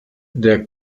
der